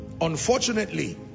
Unfortunately